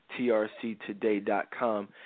trctoday.com